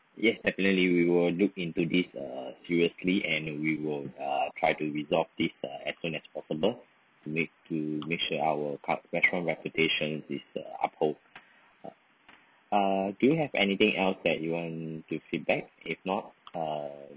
yes definitely we will look into this uh seriously and we will uh try to resolve this as soon as possible to make to make sure our cup restaurant reputation is uh uphold uh do you have anything else that you want to feedback if not uh